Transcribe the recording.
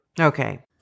Okay